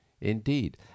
Indeed